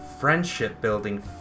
friendship-building